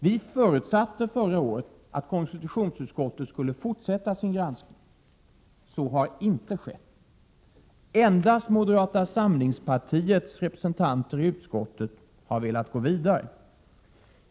Vi förutsatte förra året att KU skulle fortsätta sin granskning. Så har inte skett. Endast moderata samlingspartiets representanter i utskottet har velat gå vidare.